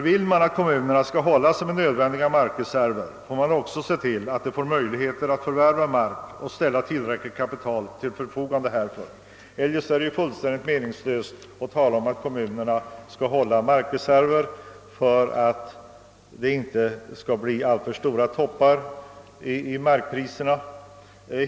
Vill man att kommunerna skall hålla sig med nödvändiga markreserver, får man också se till, att de får möjlighet att förvärva mark, och ställa tillräckligt kapital till förfogande härför. Eljest är det fullkomligt meningslöst att tala om att kommunerna skall hålla markreserver för att undvika alltför stora toppar i markpriserna.